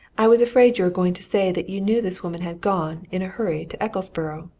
i was afraid you were going to say that you knew this woman had gone, in a hurry, to ecclesborough.